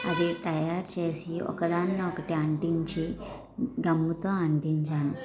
అది తయారుచేసి ఒకదానిని ఒకటి అంటించి గమ్ముతో అంటించాను